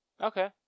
Okay